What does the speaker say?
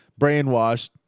brainwashed